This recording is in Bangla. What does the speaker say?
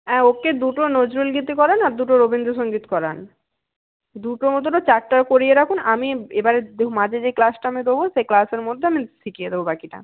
হ্যাঁ ওকে দুটো নজরুলগীতি করান আর দুটো রবীন্দ্রসঙ্গীত করান দুটো মো দুটো চারটা করিয়ে রাখুন আমি এবারে দু মাঝে যে ক্লাসটা আমি দেব সেই ক্লাসের মধ্যে আমি শিখিয়ে দেব বাকিটা